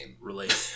related